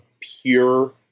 pure